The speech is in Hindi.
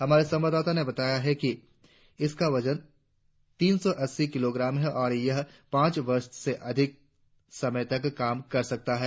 हमारे संवाददाता ने बताया है कि इसका वजन तीन सौ अस्सी किलोग्राम है और यह पांच वर्ष से अधिक समय तक काम कर सकता है